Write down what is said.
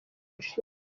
nshinga